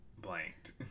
blanked